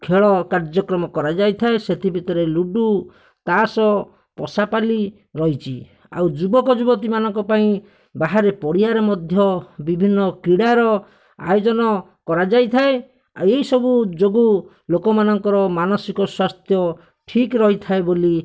ଖେଳ କାର୍ଯ୍ୟକ୍ରମ କରାଯାଇଥାଏ ସେଥିଭିତରେ ଲୁଡ଼ୁ ତାସ ପସାପାଲି ରହିଛି ଆଉ ଯୁବକ ଯୁବତୀମାନଙ୍କ ପାଇଁ ବାହାରେ ପଡ଼ିଆରେ ମଧ୍ୟ ବିଭିନ୍ନ କ୍ରିଡ଼ାର ଆୟୋଜନ କରାଯାଇଥାଏ ଆଉ ଏଇସବୁ ଯୋଗୁଁ ଲୋକମାନଙ୍କର ମାନସିକ ସ୍ୱାସ୍ଥ୍ୟ ଠିକ୍ ରହିଥାଏ ବୋଲି